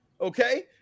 okay